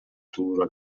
туура